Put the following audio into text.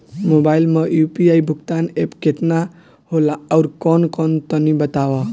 Mobile म UPI भुगतान app केतना होला आउरकौन कौन तनि बतावा?